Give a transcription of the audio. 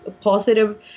positive